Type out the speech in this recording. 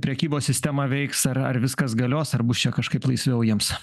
prekybos sistema veiks ar ar viskas galios ar bus čia kažkaip laisviau jiems